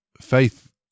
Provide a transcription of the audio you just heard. Faith